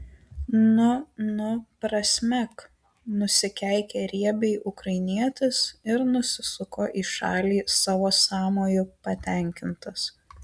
nu nu prasmek nusikeikė riebiai ukrainietis ir nusisuko į šalį savo sąmoju patenkintas